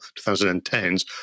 2010s